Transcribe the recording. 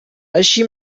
així